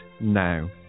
now